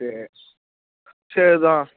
சரி சரி தோ